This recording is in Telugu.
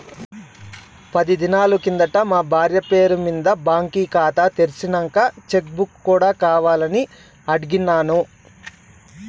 పది దినాలు కిందట మా బార్య పేరు మింద బాంకీ కాతా తెర్సినంక చెక్ బుక్ కూడా కావాలని అడిగిన్నాను